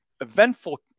eventful